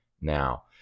now